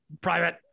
Private